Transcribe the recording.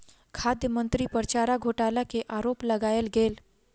खाद्य मंत्री पर चारा घोटाला के आरोप लगायल गेल